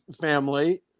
family